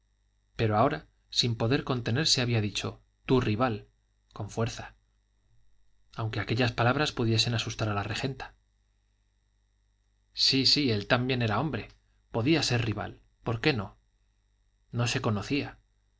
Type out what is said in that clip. pero ahora sin poder contenerse había dicho tu rival con fuerza aunque aquellas palabras pudiesen asustar a la regenta sí sí él también era hombre podía ser rival por qué no no se conocía